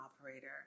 operator